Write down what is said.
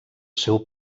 seu